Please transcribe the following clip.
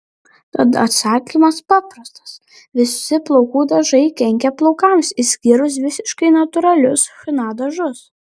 tad atsakymas paprastas visi plaukų dažai kenkia plaukams išskyrus visiškai natūralius chna dažus